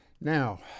Now